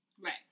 Right